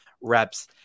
reps